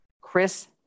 Chris